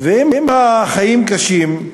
ואם החיים קשים,